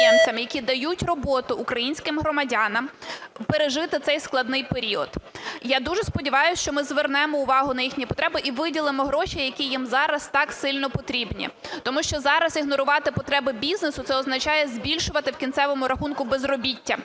які дають роботу українським громадянам пережити цей складний період. Я дуже сподіваюсь, що ми звернемо увагу на їхні потреби і виділимо гроші, які їм зараз так сильно потрібні. Тому що зараз ігнорувати потреби бізнесу – це означає збільшувати в кінцевому рахунку безробіття.